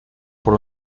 por